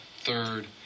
third